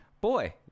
boy